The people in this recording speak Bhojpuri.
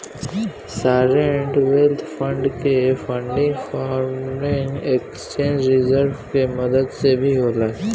सॉवरेन वेल्थ फंड के फंडिंग फॉरेन एक्सचेंज रिजर्व्स के मदद से भी होला